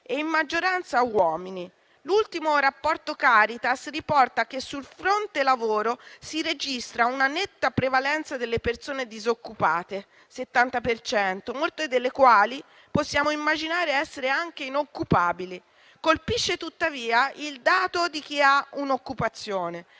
e in maggioranza uomini. L'ultimo rapporto Caritas riporta che sul fronte lavoro si registra una netta prevalenza delle persone disoccupate (70 per cento), molte delle quali possiamo immaginare essere anche inoccupabili. Colpisce tuttavia il dato di chi ha un'occupazione: